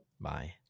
Bye